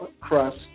crust